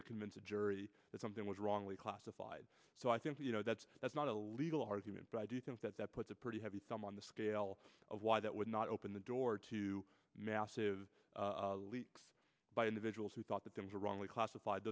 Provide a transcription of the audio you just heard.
to convince a jury that something was wrongly classified so i think you know that's that's not a legal argument but i do think that that puts a pretty heavy thumb on the scale of why that would not open the door to massive a leaks by individuals who thought the dems were wrongly classified